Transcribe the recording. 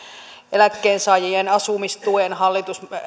eläkkeensaajien asumistuen hallitus